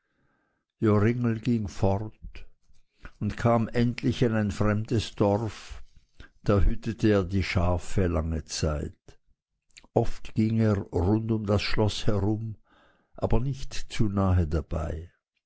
ging fort und kam endlich in ein fremdes dorf da hütete er die schafe lange zeit oft ging er rund um das schloß herum aber nicht zu nahe dabei